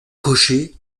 cocher